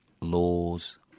laws